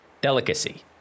Delicacy